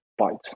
bytes